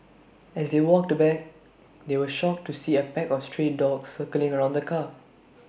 as they walked back they were shocked to see A pack of stray dogs circling around the car